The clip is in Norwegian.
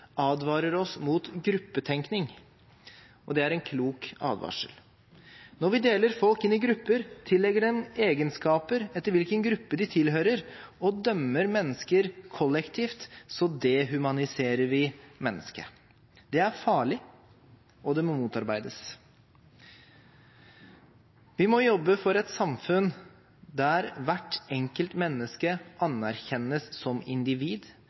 advarer oss mot gruppetenkning. Det er en klok advarsel. Når vi deler folk inn i grupper, tillegger dem egenskaper etter hvilken gruppe de tilhører, og dømmer mennesker kollektivt, dehumaniserer vi mennesket. Det er farlig, og det må motarbeides. Vi må jobbe for et samfunn der hvert enkelt menneske anerkjennes som individ